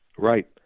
right